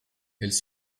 elles